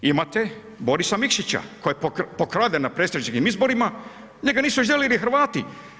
Imate Borisa Mikšića koji je pokraden na predsjedničkim izborima, njega nisu željeli Hrvati.